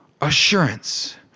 Assurance